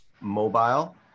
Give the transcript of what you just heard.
mobile